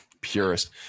Purist